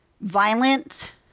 violent